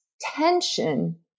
tension